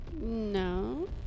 No